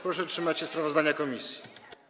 Proszę trzymać się sprawozdania komisji.